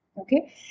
Okay